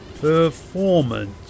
performance